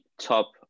top